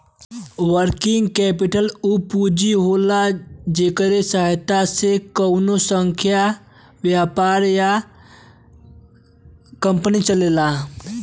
working capital उ पूंजी होला जेकरे सहायता से कउनो संस्था व्यापार या कंपनी चलेला